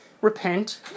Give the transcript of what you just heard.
repent